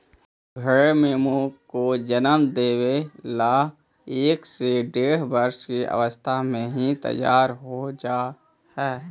भेंड़ मेमनों को जन्म देवे ला एक से डेढ़ वर्ष की अवस्था में ही तैयार हो जा हई